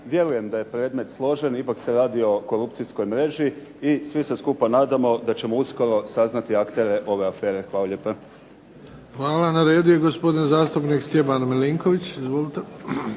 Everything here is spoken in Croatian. Vjerujem da je predmet složen, ipak se radi o korupcijskoj mreži, i svi se skupa nadamo da ćemo uskoro saznati aktere ove afere. Hvala lijepa. **Bebić, Luka (HDZ)** Hvala. Na redu je gospodin zastupnik Stjepan Milinković. Izvolite.